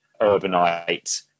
urbanite